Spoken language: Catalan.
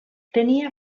tenia